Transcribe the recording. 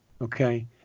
Okay